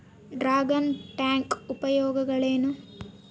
Dragon tank ಉಪಯೋಗಗಳೇನು?